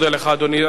תודה רבה לך, אדוני.